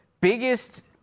biggest –